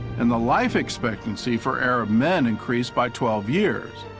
and the life expectancy for arab men increased by twelve years.